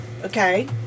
Okay